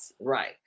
Right